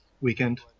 weekend